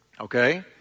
Okay